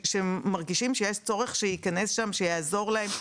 שמרגישים שיש צורך שעורך דין יעזור להם,